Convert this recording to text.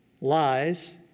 lies